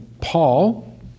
Paul